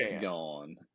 gone